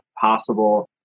possible